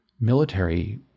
military